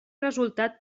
resultat